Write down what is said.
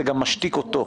זה גם משתיק אותו,